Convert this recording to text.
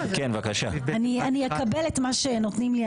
אני אקבל את מה שנותנים לי,